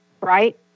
right